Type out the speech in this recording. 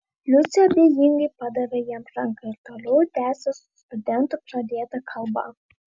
liucė abejingai padavė jam ranką ir toliau tęsė su studentu pradėtą kalbą